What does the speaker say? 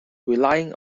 relying